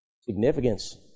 significance